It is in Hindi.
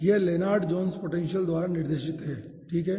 यह लेनार्ड जोन्स पोटेंशियल द्वारा निर्देशित है ठीक है